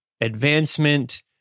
advancement